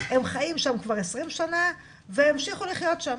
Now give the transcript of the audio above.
הם חיים שם כבר עשרים שנה וימשיכו לחיות שם